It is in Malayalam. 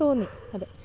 തോന്നി അത്